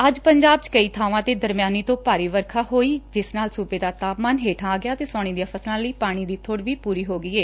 ੱਜ ਪੰਜਾਬ 'ਚ ਕਈ ਥਾਵਾਂ ਤੇ ਦਰਮਿਆਨੀ ਤੋਂ ਭਾਰੀ ਵਰਖਾ ਪਈ ਏ ਜਿਸ ਨਾਲ ਸੁਬੇ ਦਾ ਤਾਪਮਾਨ ਹੇਠਾਂ ਆ ਗਿਆ ਅਤੇ ਸਾਉਣੀ ਦੀਆਂ ਫਸਲਾਂ ਲਈ ਪਾਣੀ ਦੀ ਏ